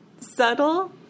subtle